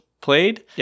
played